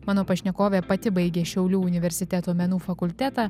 mano pašnekovė pati baigė šiaulių universiteto menų fakultetą